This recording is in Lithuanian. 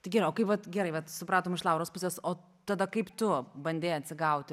tai gerai o kai vat gerai vat supratom iš lauros pusės o tada kaip tu bandei atsigauti